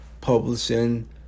publishing